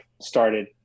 started